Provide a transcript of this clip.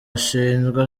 ashinjwa